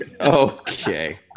Okay